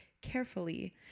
carefully